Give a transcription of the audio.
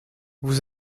vous